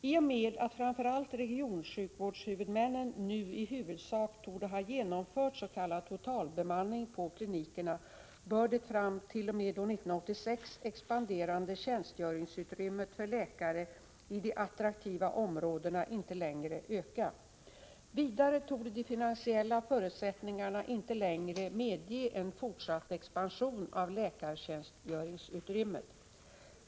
I och med att framför allt regionsjukvårdshuvudmännen nu i huvudsak torde ha genomfört s.k. totalbemanning på klinikerna bör det framt.o.m. år 1986 expanderande tjänstgöringsutrymmet för läkare i de attraktiva områdena inte längre öka. Vidare torde de finansiella förutsättningarna inte längre medge en fortsatt expansion av läkartjänstgöringsutrymmet.